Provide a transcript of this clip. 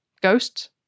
Ghosts